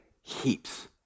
heaps